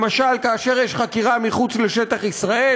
למשל כאשר יש חקירה מחוץ לשטח ישראל,